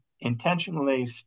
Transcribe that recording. intentionally